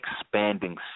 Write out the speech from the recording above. expanding